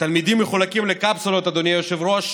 התלמידים מחולקים לקפסולות, אדוני היושב-ראש,